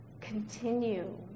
continue